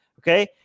okay